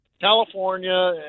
California